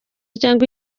cyangwa